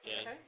Okay